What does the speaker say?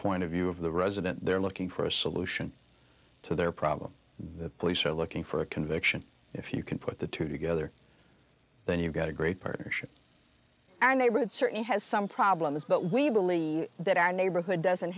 point of view of the resident they're looking for a solution to their problem the police are looking for a conviction if you can put the two together then you've got a great partnership and they would certainly has some problems but we believe that our neighborhood doesn't